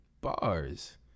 bars